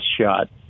shot